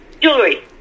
Jewelry